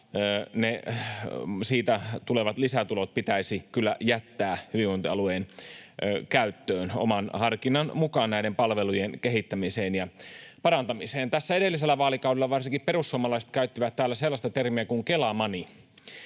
siitä tulevat lisätulot pitäisi kyllä jättää hyvinvointialueen käyttöön oman harkinnan mukaan näiden palvelujen kehittämiseen ja parantamiseen. Tässä edellisellä vaalikaudella varsinkin perussuomalaiset käyttivät täällä sellaista termiä kuin Kela-money.